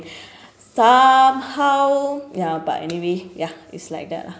somehow ya but anyway ya it's like that lah